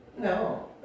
no